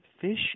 fish